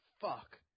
fuck